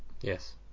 Yes